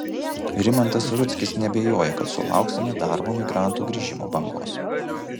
rimantas rudzkis neabejoja kad sulauksime darbo migrantų grįžimo bangos